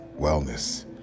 wellness